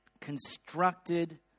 constructed